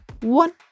one